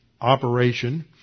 operation